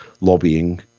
lobbying